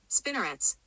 spinnerets